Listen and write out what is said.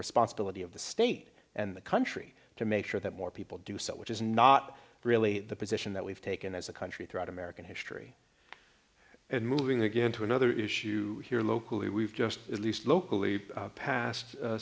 responsibility of the state and the country to make sure that more people do so which is not really the position that we've taken as a country throughout american history and moving again to another issue here locally we've just released locally